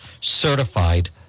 Certified